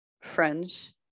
friends